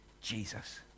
Jesus